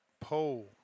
pole